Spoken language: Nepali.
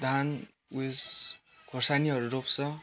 धान उयस खोर्सानीहरू रोप्छ